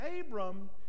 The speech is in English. abram